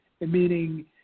meaning